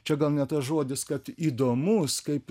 čia gal ne tas žodis kad įdomus kaip iš